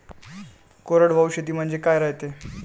कोरडवाहू शेती म्हनजे का रायते?